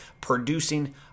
producing